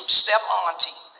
step-auntie